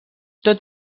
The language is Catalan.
tot